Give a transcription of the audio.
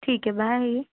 ਠੀਕ ਹੈ ਬਾਏ